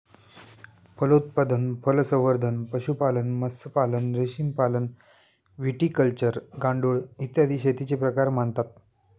फलोत्पादन, फळसंवर्धन, पशुपालन, मत्स्यपालन, रेशीमपालन, व्हिटिकल्चर, गांडूळ, इत्यादी शेतीचे प्रकार मानतात